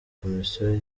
komisiyo